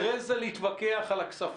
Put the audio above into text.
אחרי זה להתווכח על הכספים.